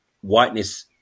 whiteness